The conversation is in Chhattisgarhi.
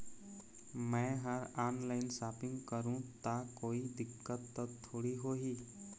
मैं हर ऑनलाइन शॉपिंग करू ता कोई दिक्कत त थोड़ी होही?